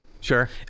sure